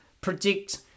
predict